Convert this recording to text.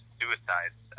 suicides